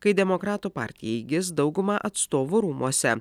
kai demokratų partija įgis daugumą atstovų rūmuose